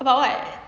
about what